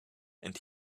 and